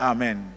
Amen